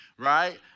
Right